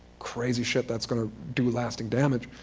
crazy shit that's going to do lasting damage.